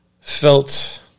felt